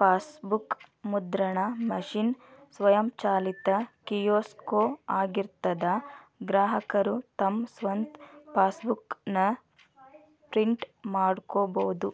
passbook ಮುದ್ರಣ machine ಸ್ವಯಂಚಾಲಿತ kiosk ಆಗಿರ್ತದಾ ಗ್ರಾಹಕರು ತಮ್ ಸ್ವಂತ್ ಫಾಸ್ಬೂಕ್ ನ ಪ್ರಿಂಟ್ ಮಾಡ್ಕೊಬೋದು